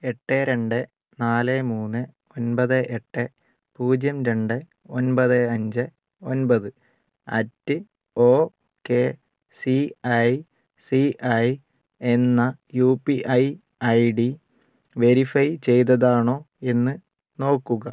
എട്ട് രണ്ട് നാല് മൂന്ന് ഒൻപത് എട്ട് പൂജ്യം രണ്ട് ഒൻപത് അഞ്ച് ഒൻപത് at O K C I C I എന്ന U P I I D verify ചെയ്തതാണോ എന്ന് നോക്കുക